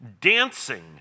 dancing